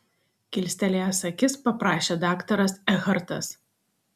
kilstelėjęs akis paprašė daktaras ekhartas